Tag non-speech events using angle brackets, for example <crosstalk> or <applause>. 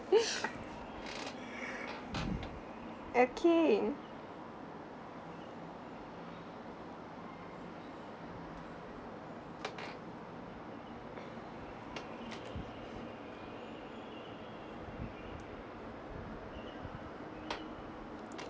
<laughs> okay